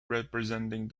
representing